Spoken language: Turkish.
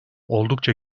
oldukça